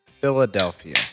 Philadelphia